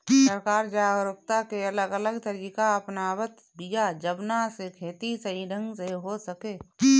सरकार जागरूकता के अलग अलग तरीका अपनावत बिया जवना से खेती सही ढंग से हो सके